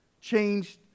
changed